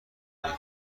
انعام